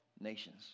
nations